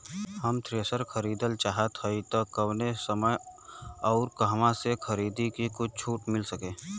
हम थ्रेसर खरीदल चाहत हइं त कवने समय अउर कहवा से खरीदी की कुछ छूट मिल सके?